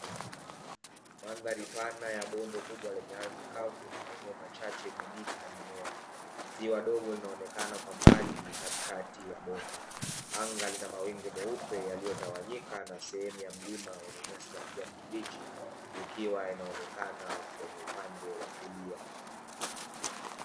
Mandhari pana ya bonde kubwa lenye ardhi na maeneo machache yenye miti na mimea, ziwa dogo linaonekana kwa mbali katikati ya bonde, anga lina mawingu meupe yaliyotawanyika na sehemu ya mlima wenye nyasi za kijani kibichi, zikiwa inaonekana kwenye upande wa kulia.